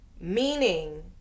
meaning